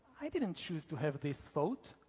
i didn't choose to have this thought,